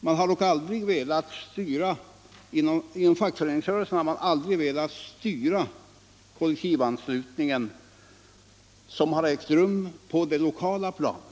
Vi har dock aldrig inom fackföreningsrörelsen velat styra kollektivanslutningen, som har ägt rum på det lokala planet.